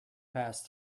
past